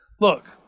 Look